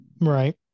Right